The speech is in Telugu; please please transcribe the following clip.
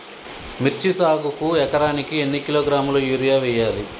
మిర్చి సాగుకు ఎకరానికి ఎన్ని కిలోగ్రాముల యూరియా వేయాలి?